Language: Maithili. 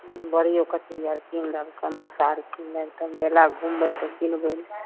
बोड़िओे कचड़ी आर कीन लेबै समौसा आर कीन लेब तब मेला घुमबै तऽ किनबै ने